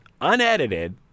unedited